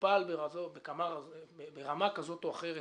מטופל ברמה כזו או אחרת